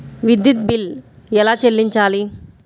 విద్యుత్ బిల్ ఎలా చెల్లించాలి?